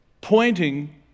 pointing